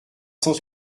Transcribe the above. cent